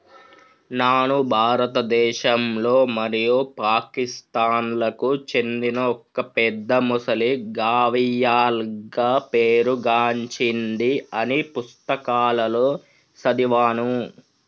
నాను భారతదేశంలో మరియు పాకిస్తాన్లకు చెందిన ఒక పెద్ద మొసలి గావియల్గా పేరు గాంచింది అని పుస్తకాలలో సదివాను